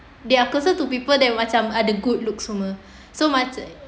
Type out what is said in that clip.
they are closer to people that macam ada good looks semua so macam